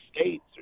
states